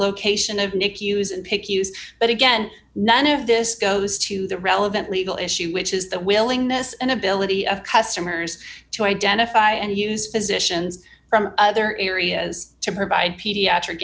location of nick use and pick use but again none of this goes to the relevant legal issue which is the willingness and ability of customers to identify and use physicians from other areas to provide pediatric